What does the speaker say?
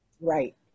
Right